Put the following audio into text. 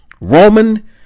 Roman